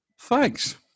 Thanks